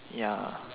ya